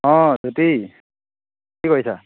অঁ জ্যোতি কি কৰিছা